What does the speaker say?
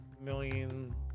million